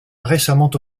récemment